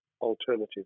alternative